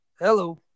Hello